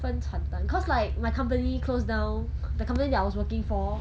分传单 cause like my company close down the company that I was working for close down